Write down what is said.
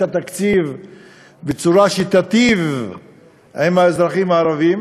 התקציב בצורה שתיטיב עם האזרחים הערבים,